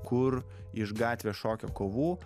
kur iš gatvės šokio kovų